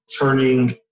turning